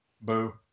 boo